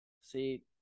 See